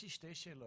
יש לי שתי שאלות.